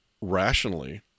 rationally